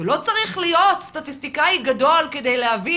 שלא צריך להיות סטטיסטיקאי גדול כדי להבין